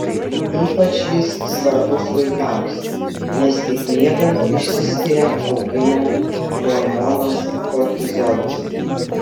ypač jis svarbus vaikams nes tik miegant išsiskiria augimo hormonas kortizolis